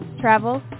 travel